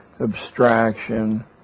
abstraction